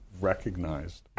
recognized